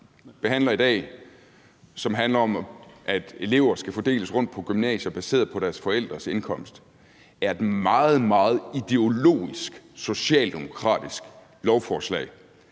behandler i dag, som handler om, at elever skal fordeles rundt på gymnasier baseret på deres forældres indkomst, er et meget, meget ideologisk socialdemokratisk lovforslag.